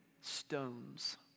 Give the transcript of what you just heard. stones